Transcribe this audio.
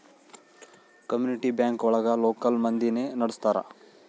community bank ಒಳಗ local ಮಂದಿನೆ ನಡ್ಸ್ತರ